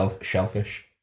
shellfish